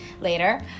later